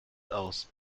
aus